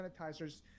sanitizers